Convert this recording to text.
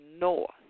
north